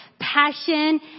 passion